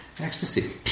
Ecstasy